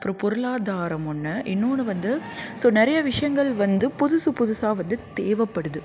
அப்புறம் பொருளாதாரம் ஒன்று இன்னொன்னு வந்து ஸோ நிறைய விஷயங்கள் வந்து புதுசு புதுசாக வந்து தேவைப்படுது